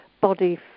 body